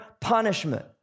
punishment